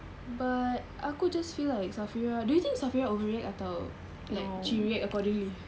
but aku just feel like safirah do you think safirah overreact atau like she react accordingly